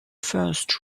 first